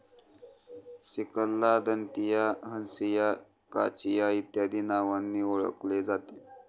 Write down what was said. सिकलला दंतिया, हंसिया, काचिया इत्यादी नावांनी ओळखले जाते